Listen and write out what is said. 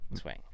swing